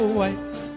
white